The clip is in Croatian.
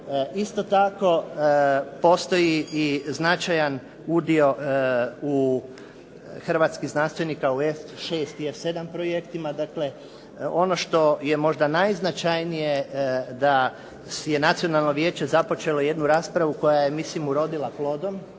Isto tako postoji i značajan udio hrvatskih znanstvenika u F6 i F7 projektima. Dakle ono što je možda najznačajnije da si je nacionalno vijeće započelo jednu raspravu koja je mislim urodila plodom